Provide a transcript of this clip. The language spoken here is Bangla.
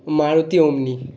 মারুতি ওমনি